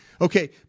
Okay